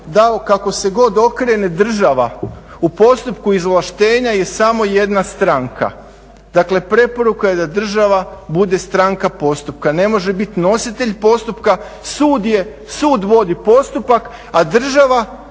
da kako se god okrene država u postupku izvlaštenja je samo jedna stranka. Dakle, preporuka je da država bude stranka postupka. Ne može biti nositelj postupka. Sud vodi postupak, a država